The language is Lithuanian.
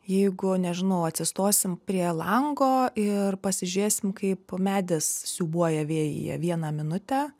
jeigu nežinau atsistosim prie lango ir pasižiūrėsim kaip medis siūbuoja vėjyje vieną minutę